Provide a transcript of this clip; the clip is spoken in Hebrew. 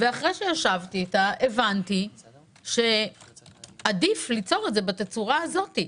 אחרי שנפגשתי איתה הבנתי שעדיף ליצור את זה בתצורה הזאת.